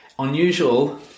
unusual